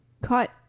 cut